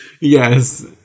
Yes